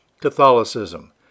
Catholicism